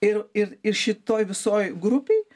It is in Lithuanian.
ir ir ir šitoj visoj grupėj